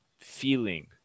feeling